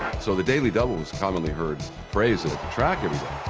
so the daily double was a commonly heard phrase at the track every